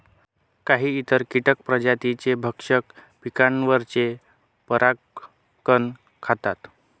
काही इतर कीटक प्रजातींचे भक्षक पिकांवरचे परागकण खातात